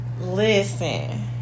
Listen